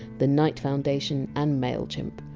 the knight foundation, and mailchimp.